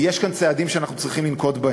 ויש כאן צעדים שאנחנו צריכים לנקוט.